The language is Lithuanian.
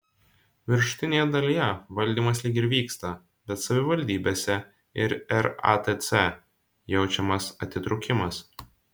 viršutinėje dalyje valdymas lyg ir vyksta bet savivaldybėse ir ratc jaučiamas atitrūkimas